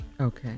Okay